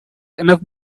enough